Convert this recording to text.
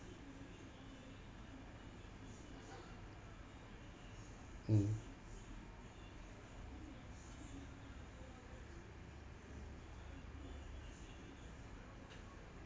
mm